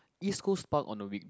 East Coast Park on a week